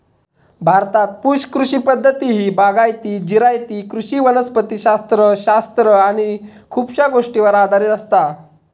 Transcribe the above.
भारतात पुश कृषी पद्धती ही बागायती, जिरायती कृषी वनस्पति शास्त्र शास्त्र आणि खुपशा गोष्टींवर आधारित असता